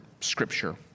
Scripture